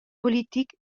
polític